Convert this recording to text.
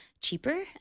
Cheaper